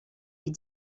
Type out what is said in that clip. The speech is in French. est